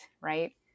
right